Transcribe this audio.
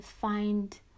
find